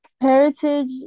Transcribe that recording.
Heritage